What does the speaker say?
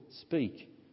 speak